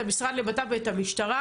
את המשרד לבט"פ ואת המשטרה,